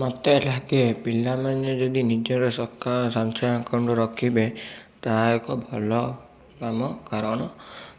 ମୋତେ ଲାଗେ ପିଲାମାନେ ଯଦି ନିଜର ସଞ୍ଚୟ ଆକାଉଣ୍ଟ ରଖିବେ ତାହା ଏକ ଭଲ କାମ କାରଣ